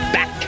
Back